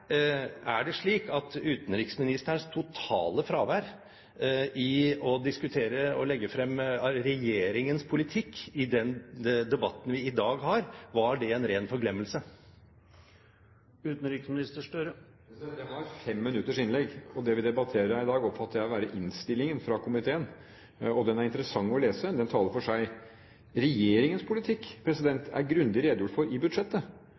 det slik at utenriksministerens totale fravær av å legge frem regjeringens politikk i den debatten vi i dag har, var en ren forglemmelse? Jeg har fem minutters innlegg, og det vi debatterer her i dag, oppfatter jeg å være innstillingen fra komiteen. Den er interessant å lese. Den taler for seg. Regjeringens politikk er grundig redegjort for i budsjettet.